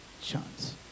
chance